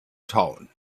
town